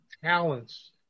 talents